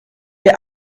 der